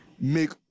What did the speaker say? make